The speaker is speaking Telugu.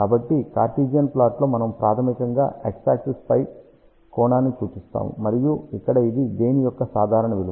కాబట్టి కార్టీజియన్ ప్లాట్లో మనము ప్రాథమికంగా x యాక్సిస్ పై కోణాన్ని సూచిస్తాము మరియు ఇక్కడ ఇది గెయిన్ యొక్క సాధారణ విలువ